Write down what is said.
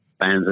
fans